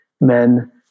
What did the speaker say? men